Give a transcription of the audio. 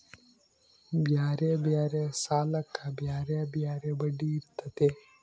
ಬ್ಯಾರೆ ಬ್ಯಾರೆ ಸಾಲಕ್ಕ ಬ್ಯಾರೆ ಬ್ಯಾರೆ ಬಡ್ಡಿ ಇರ್ತತೆ